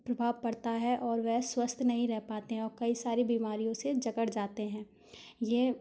प्रभाव पड़ता है और वह स्वस्थ नहीं रह पाते हैं और कई सारी बीमारियों से जकड़ जाते हैं यह